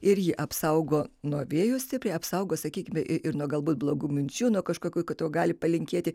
ir ji apsaugo nuo vėjo stipriai apsaugo sakykime ir nuo galbūt blogų minčių nuo kažkokių ko tau gali palinkėti